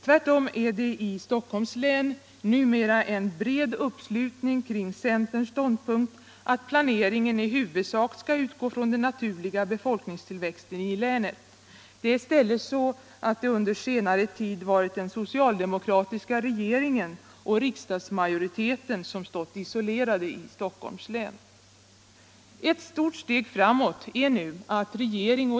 Tvärtom är det i Stockholms län numera en bred uppslutning kring centerns ståndpunkt att planeringen i huvudsak skall utgå från den naturliga befolkningstillväxten i länet. Det är i stället så att det under senare tid varit den socialdemokratiska regeringen och riksdagsmajoriteten som stått isolerade i Stockholms län.